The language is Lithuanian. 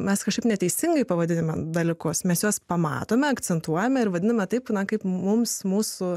mes kažkaip neteisingai pavadinime dalykus mes juos pamatome akcentuojame ir vadiname taip na kaip mums mūsų